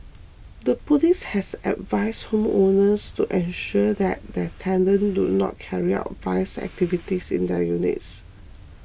the police has advised home owners to ensure that their tenants do not carry out vice activities in their units